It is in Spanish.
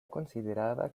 considerada